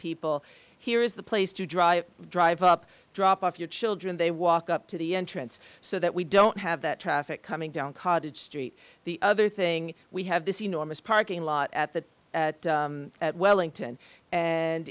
people here is the place to drive drive up drop off your children they walk up to the entrance so that we don't have that traffic coming down cottage street the other thing we have this enormous parking lot at the wellington and